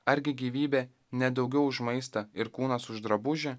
argi gyvybė ne daugiau už maistą ir kūnas už drabužį